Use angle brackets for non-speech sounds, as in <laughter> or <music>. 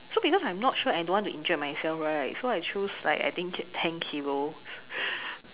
so because I am not sure I don't want to injure myself right so I choose like I think ten kilos <laughs>